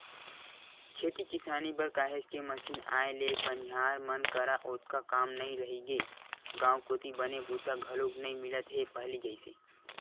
खेती किसानी बर काहेच के मसीन आए ले बनिहार मन करा ओतका काम नइ रहिगे गांव कोती बने बूता घलोक नइ मिलत हे पहिली जइसे